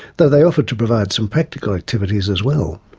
though they offered to provide some practical activities as well.